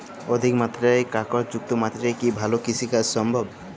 অধিকমাত্রায় কাঁকরযুক্ত মাটিতে কি ভালো কৃষিকাজ সম্ভব?